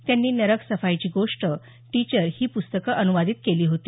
त्यांनी नरक सफाईची गोष्ट टीचर ही प्रस्तकं अन्वादित केली होती